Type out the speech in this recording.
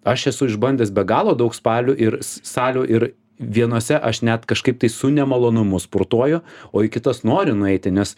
aš esu išbandęs be galo daug spalių ir salių ir vienose aš net kažkaip tai su nemalonumu sportuoju o į kitas noriu nueiti nes